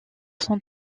son